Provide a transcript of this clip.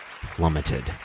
plummeted